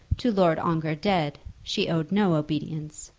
to lord ongar dead she owed no obedience,